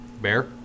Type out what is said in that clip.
Bear